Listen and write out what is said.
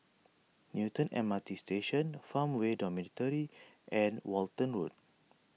Newton M R T Station Farmway Dormitory and Walton Road